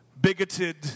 bigoted